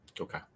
Okay